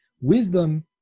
wisdom